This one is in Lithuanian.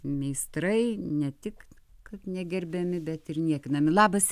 meistrai ne tik kad negerbiami bet ir niekinami labas